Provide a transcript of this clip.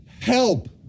Help